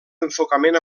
enfocament